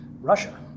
Russia